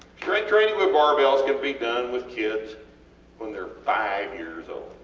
strength training with barbells can be done with kids when theyre five years old,